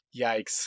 yikes